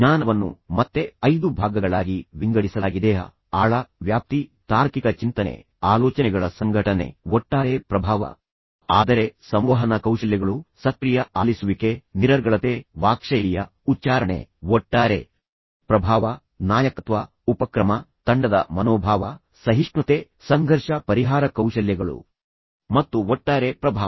ಜ್ಞಾನವನ್ನು ಮತ್ತೆ 5 ಭಾಗಗಳಾಗಿ ವಿಂಗಡಿಸಲಾಗಿದೆಃ ಆಳ ವ್ಯಾಪ್ತಿ ತಾರ್ಕಿಕ ಚಿಂತನೆ ಆಲೋಚನೆಗಳ ಸಂಘಟನೆ ಒಟ್ಟಾರೆ ಪ್ರಭಾವ ಆದರೆ ಸಂವಹನ ಕೌಶಲ್ಯಗಳು ಸಕ್ರಿಯ ಆಲಿಸುವಿಕೆ ನಿರರ್ಗಳತೆ ವಾಕ್ಶೈಲಿಯ ಉಚ್ಚಾರಣೆ ಒಟ್ಟಾರೆ ಪ್ರಭಾವ ನಾಯಕತ್ವ ಉಪಕ್ರಮ ತಂಡದ ಮನೋಭಾವ ಸಹಿಷ್ಣುತೆ ಸಂಘರ್ಷ ಪರಿಹಾರ ಕೌಶಲ್ಯಗಳು ಮತ್ತು ಒಟ್ಟಾರೆ ಪ್ರಭಾವ